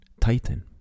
Titan